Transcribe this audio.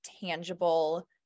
tangible